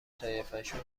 طایفشون